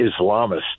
Islamists